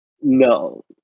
No